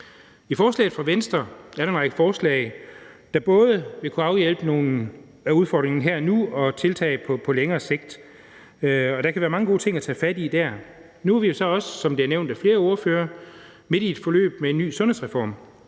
I beslutningsforslaget fra Venstre er der både en række forslag, der vil kunne afhjælpe nogle af udfordringerne her og nu, og tiltag på længere sigt, og der kan være mange gode ting at tage fat i der. Nu er vi jo så også, som det er nævnt af flere ordførere, midt i et forløb med en ny sundhedsreform,